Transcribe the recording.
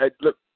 look